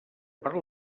per